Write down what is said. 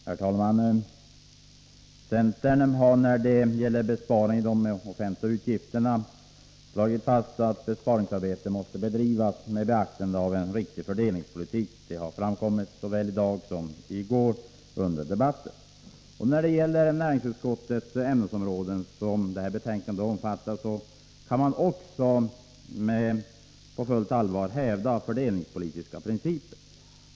Herr talman! Centern har, när det gäller besparingar i de offentliga utgifterna slagit fast att besparingsarbetet måste bedrivas med beaktande av en riktig fördelningspolitik. Detta har framkommit i debatten såväl i går som idag. När det gäller näringsutskottets ämnesområden, som det här betänkandet omfattar, kan man på fullt allvar hävda fördelningspolitiska principer.